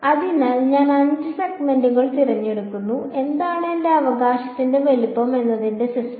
അതിനാൽ ഞാൻ 5 സെഗ്മെന്റുകൾ തിരഞ്ഞെടുത്തു എന്താണ് എന്റെ അവകാശത്തിന്റെ വലുപ്പം എന്നതിന്റെ സിസ്റ്റം